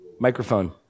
Microphone